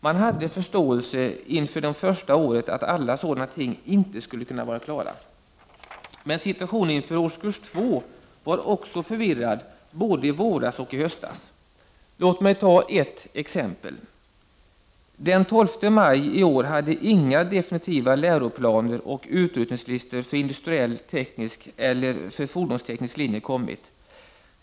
Man hade förståelse inför det första året att alla sådana ting inte skulle kunna vara klara, men situationen inför årskurs 2 var förvirrad också i våras och i höstas. Låt mig ta ett exempel: Den 12 maj i år hade inga definitiva läroplaner och utrustningslistor för industriell-teknisk eller för fordonsteknisk linje kommit.